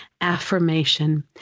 affirmation